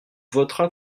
votera